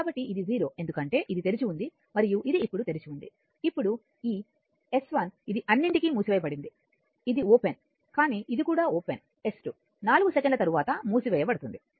కాబట్టి ఇది 0 ఎందుకంటే ఇది తెరిచి ఉంది మరియు ఇది ఇప్పుడు తెరిచి ఉంది ఇప్పుడు ఈ S1 ఇది అన్నింటినీ మూసివేయబడింది ఇది ఓపెన్ కానీ ఇది కూడా ఓపెన్ S2 4 సెకన్ల తరువాత మూసివేయబడుతుంది